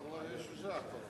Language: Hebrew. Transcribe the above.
העלאת גיל הנישואין),